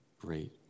great